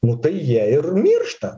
nu tai jie ir miršta